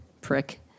Prick